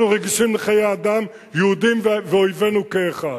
אנחנו רגישים לחיי אדם, יהודים ואויבינו כאחד.